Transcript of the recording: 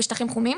שטחים חומים